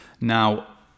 Now